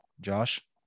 Josh